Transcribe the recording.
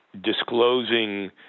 disclosing